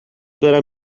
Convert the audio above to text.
برم